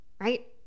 right